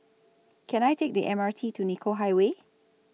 Can I Take The M R T to Nicoll Highway